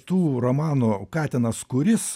tų romanų katinas kuris